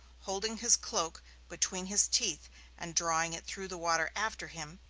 holding his cloak between his teeth and drawing it through the water after him,